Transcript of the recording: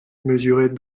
mesurait